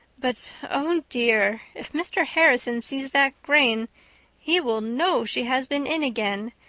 but oh dear, if mr. harrison sees that grain he will know she has been in again,